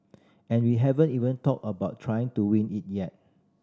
and we haven't even talked about trying to win it yet